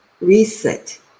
Reset